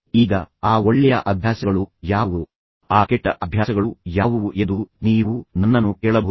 ಈಗ ಆ ಒಳ್ಳೆಯ ಅಭ್ಯಾಸಗಳು ಯಾವುವು ಆ ಕೆಟ್ಟ ಅಭ್ಯಾಸಗಳು ಯಾವುವು ಎಂದು ನೀವು ನನ್ನನ್ನು ಕೇಳಬಹುದು